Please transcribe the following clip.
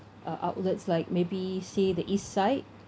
uh outlets like maybe say the east side